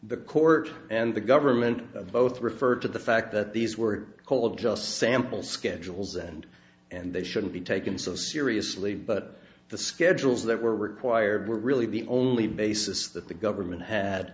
the court and the government both refer to the fact that these were called just sample schedules and and they shouldn't be taken so seriously but the schedules that were required were really the only basis that the government had